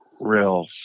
real